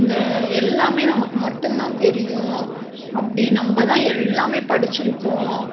இந்த எல்லாமே நமக்கு மட்டும் தான் தெரியும் அப்படி நம்ம தான் எல்லாமே படித்திருக்கோம்